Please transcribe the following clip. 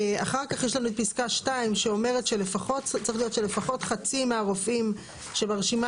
אחר כך יש לנו את פסקה (2) שצריך להיות שלפחות חצי מהרופאים שברשימה